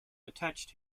attached